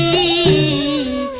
e